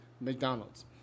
McDonald's